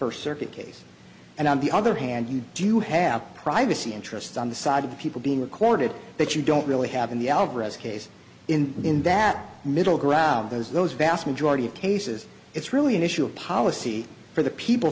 her circuit case and on the other hand you do you have privacy interests on the side of the people being recorded that you don't really have in the alvarez case in in that middle ground those those vast majority of cases it's really an issue of policy for the people